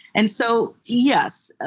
and so yes, ah